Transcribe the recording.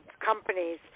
companies